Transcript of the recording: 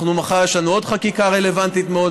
מחר יש לנו עוד חקיקה רלוונטית מאוד.